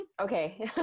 Okay